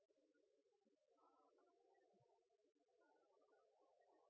da er